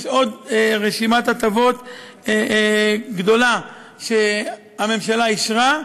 יש עוד רשימת הטבות גדולה שהממשלה אישרה,